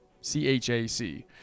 c-h-a-c